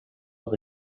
have